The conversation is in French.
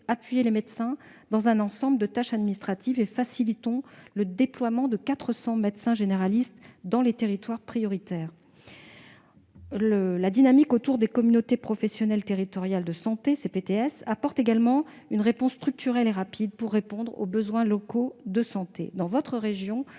appuyer les médecins dans un ensemble de tâches administratives et nous facilitons le déploiement de 400 médecins généralistes dans des territoires prioritaires. La dynamique autour des communautés professionnelles territoriales de santé (CPTS) apporte également une réponse structurelle et rapide pour faire face aux besoins locaux de santé. Dans votre région,